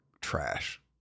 trash